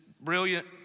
brilliant